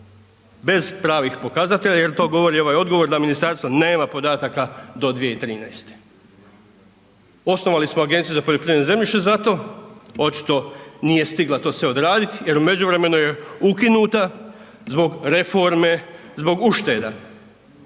bez pravih pokazatelja jer to govori ovaj odgovor da ministarstvo nema podataka do 2013. Osnovali smo Agenciju za poljoprivredno zemljište za to, očito nije stigla to sve odradit jer u međuvremenu je ukinuta zbog reforme, zbog ušteda,